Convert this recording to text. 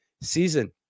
season